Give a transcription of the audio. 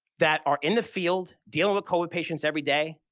that are in the field dealing with covid patients every day?